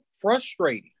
frustrating